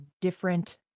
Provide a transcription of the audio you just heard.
different